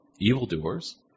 evildoers